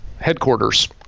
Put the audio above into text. headquarters